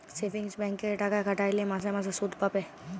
savings ব্যাংকে টাকা খাটাইলে মাসে মাসে সুদ পাবে